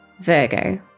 Virgo